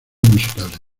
musicales